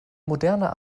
moderner